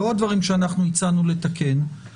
לא הדברים שאנחנו הצענו לתקן,